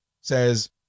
says